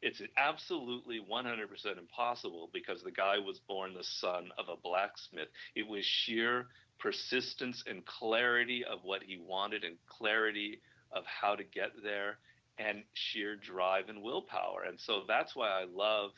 it's an absolutely one hundred percent impossible because the guy was born the son of a blacksmith, it was sheer persistent and clarity of what he wanted in clarity of how to get there and sheer drive and will power and so that's what i love